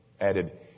added